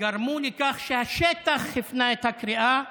וגרמו לכך שהשטח הפנה את הקריאה